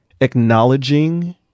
acknowledging